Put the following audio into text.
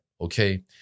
Okay